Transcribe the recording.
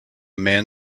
man